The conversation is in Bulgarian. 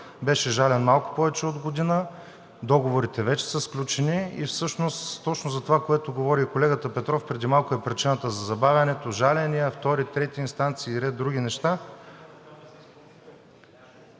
беше жален малко повече от година, договорите вече са сключени и всъщност точно това, което говори и колегата Петров преди малко, е причината за забавянето – жаления, втори, трети инстанции и ред други неща.